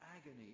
agony